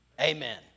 Amen